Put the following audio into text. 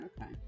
okay